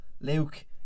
Luke